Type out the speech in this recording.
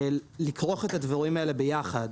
לכרוך את הדברים האלה ביחד